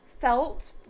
felt